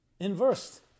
inversed